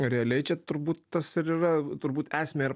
realiai čia turbūt tas ir yra turbūt esmę ir